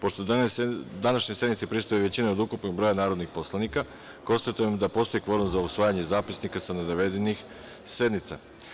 Pošto današnjoj sednici prisustvuje većina od ukupnog broja narodnih poslanika, konstatujem da postoji kvorum za usvajanje zapisnika sa navedenih sednica.